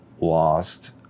lost